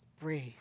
Breathe